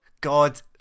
God